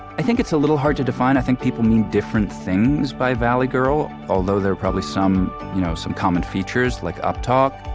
i think it's a little hard to define. i think people mean different things by valley girl, although there are probably some you know some common features like uptalk